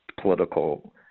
political